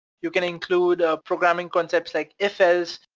you can include programming concepts like if l's,